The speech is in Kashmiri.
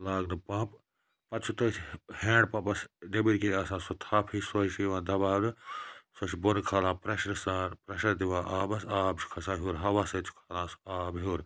لاگنہٕ پَمپ پَتہٕ چھُ تٔتھۍ ہینٛڈ پَمپَس نیٚبٕرۍ کِنۍ آسان سۄہ تھَپھ ہِش سۄے چھِ یِوان دَباونہٕ سۄ چھِ بۄنہٕ کھالان پرٛیشرٕ سان پرٛیشَر دِوان آبَس آب چھُ کھَسان ہیٛور ہوا سۭتۍ چھُ سُہ آب ہیٛور